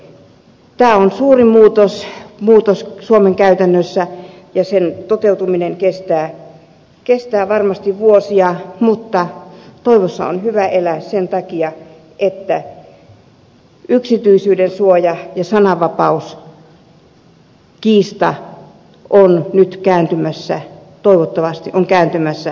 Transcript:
tämä on suuri muutos suomen käytännössä ja sen toteutuminen kestää varmasti vuosia mutta toivossa on hyvä elää sen takia että kiista yksityisyydensuojasta ja sananvapaudesta on nyt toivottavasti kääntymässä sananvapausmyönteiseksi